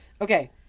Okay